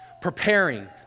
preparing